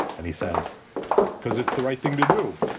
and he says because it's the right thing to do